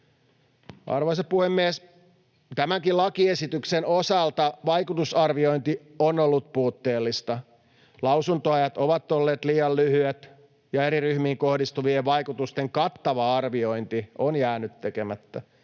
Arvoisa puhemies! Tämänkin lakiesityksen osalta vaikutusarviointi on ollut puutteellista. Lausuntoajat ovat olleet liian lyhyet, ja eri ryhmiin kohdistuvien vaikutusten kattava arviointi on jäänyt tekemättä.